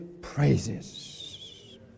praises